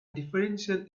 differential